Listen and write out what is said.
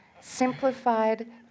Simplified